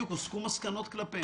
האם הוסקו מסקנות כלפיהם?